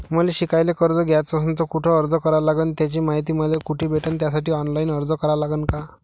मले शिकायले कर्ज घ्याच असन तर कुठ अर्ज करा लागन त्याची मायती मले कुठी भेटन त्यासाठी ऑनलाईन अर्ज करा लागन का?